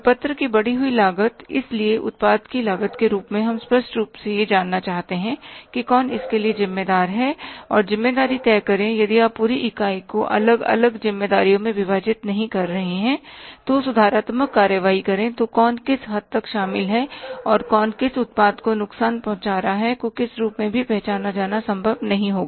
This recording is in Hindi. प्रपत्र की बढ़ी हुई लागत इसलिए उत्पाद की लागत के रूप में हम स्पष्ट रूप से यह जानना चाहते हैं कि कौन इसके लिए ज़िम्मेदार है और ज़िम्मेदारी तय करें और यदि आप पूरी इकाई को अलग अलग ज़िम्मेदारियों में विभाजित नहीं कर रहे हैं तो सुधारात्मक कार्रवाई करें तो कौन किस हद तक शामिल है और कौन किस उत्पाद को नुकसान पहुंचा रहा है को किस रूप में भी पहचाना जाना संभव नहीं होगा